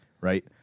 right